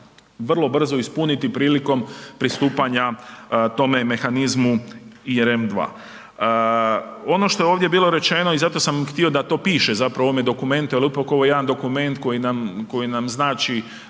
vrlo brzo ispuniti prilikom pristupanja tome mehanizmu i EREM2. Ono što je ovdje bilo rečeno i zato sam htio da to piše zapravo u ovome dokumentu jer upravo ovo je jedan dokument koji nam znači